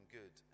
good